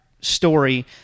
story